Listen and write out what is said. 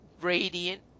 radiant